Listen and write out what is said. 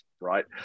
right